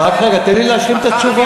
רק רגע, תן לי להשלים את התשובה.